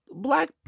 Black